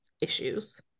issues